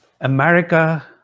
America